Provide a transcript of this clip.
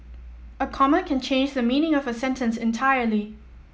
a comma can change the meaning of a sentence entirely